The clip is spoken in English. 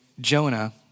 Jonah